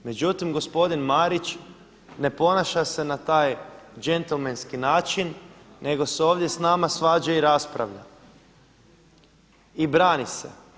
Međutim, gospodin Marić ne ponaša se na taj gentlemanski način nego se ovdje sa nama svađa i raspravlja i brani se.